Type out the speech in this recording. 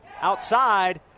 outside